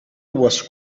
was